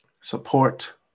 support